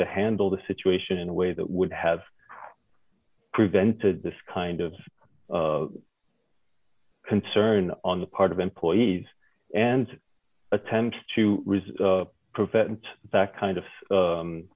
to handle the situation in a way that would have prevented this kind of concern on the part of employees and attempts to resume prevent that kind of